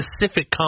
specific